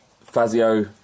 Fazio